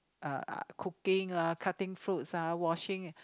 uh uh cooking lah cutting fruits ah washing